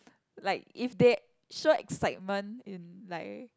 like if they show excitement in like